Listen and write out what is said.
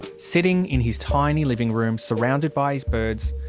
sitting in his tiny living room, surrounded by his birds,